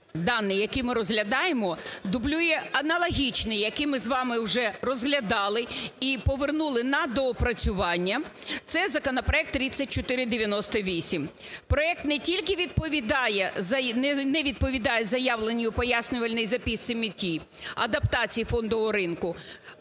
даний, який ми розглядаємо, дублює аналогічний, який ми з вами вже розглядали і повернули на доопрацювання – це законопроект 3498. Проект не тільки не відповідає заявленій у пояснювальній записці меті – адаптації фондового ринку,